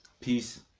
peace